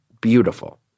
beautiful